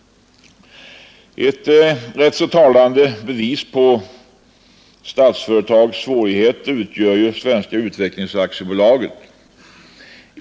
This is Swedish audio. Ett rätt så talande bevis på Statsföretags svårigheter utgör Svenska utvecklingsaktiebolaget.